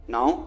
Now